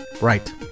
Right